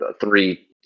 three